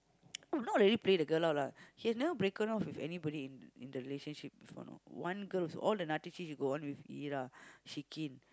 no not really play the girl out lah he has never break off with anybody in the in the relationship before you know one girl so all the he go on with Yira Shikin